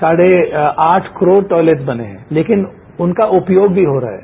साढ़े आठ करोड़ टॉयलेट बने है लेकिन उनका उपयोग भी हो रहा है